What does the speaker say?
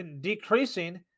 decreasing